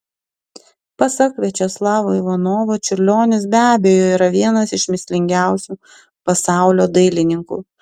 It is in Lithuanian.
pasak viačeslavo ivanovo čiurlionis be abejo yra vienas iš mįslingiausių pasaulio dailininkų